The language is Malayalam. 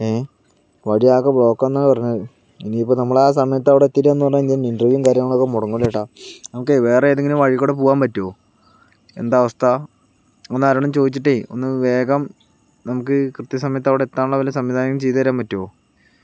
ഏ വഴിയാകെ ബ്ലോക്കാണെന്നാ പറഞ്ഞത് ഇനിയിപ്പോൾ നമ്മളാ സമയത്ത് അവിടെ എത്തിയില്ലായെന്ന് പറഞ്ഞ് കഴിഞ്ഞാൽ ഇൻറ്റർവ്യൂവും കാര്യങ്ങളൊക്കെ മുടങ്ങുമല്ലോ ഏട്ടാ നമുക്ക് വേറെ ഏതെങ്കിലും വഴിയിൽക്കൂടെ പോവാൻ പറ്റുമോ എന്താ അവസ്ഥ ഒന്ന് ആരോടെങ്കിലും ചോദിച്ചിട്ട് ഒന്നു വേഗം നമുക്ക് കൃത്യസമയത്ത് അവിടെ ഏത്താനുള്ള വല്ല സംവിധാനവും ചെയ്തുതരാൻ പറ്റുമോ